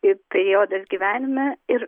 ir periodas gyvenime ir